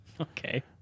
Okay